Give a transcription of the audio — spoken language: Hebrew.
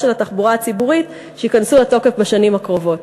של התחבורה הציבורית שייכנסו לתוקף בשנים הקרובות.